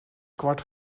kwart